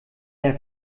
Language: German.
der